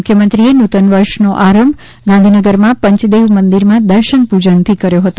મુખ્યમંત્રીશ્રીએ નૂતનવર્ષનો આરંભ ગાંધીનગરમાં પંચદેવ મંદિરમાં દર્શન પૂજનથી કર્યો હતો